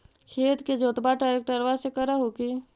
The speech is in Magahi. खेत के जोतबा ट्रकटर्बे से कर हू की?